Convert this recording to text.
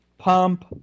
pump